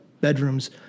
bedrooms